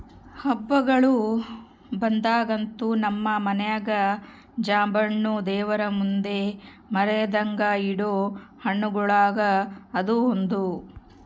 ಹಬ್ಬಗಳು ಬಂದಾಗಂತೂ ನಮ್ಮ ಮನೆಗ ಜಾಂಬೆಣ್ಣು ದೇವರಮುಂದೆ ಮರೆದಂಗ ಇಡೊ ಹಣ್ಣುಗಳುಗ ಅದು ಒಂದು